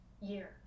year